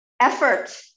Effort